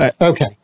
Okay